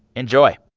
enjoy